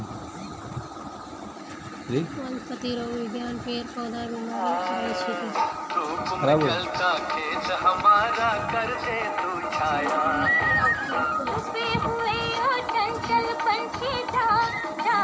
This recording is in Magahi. वनस्पतिरोग विज्ञान पेड़ पौधार बीमारीर पढ़ाई छिके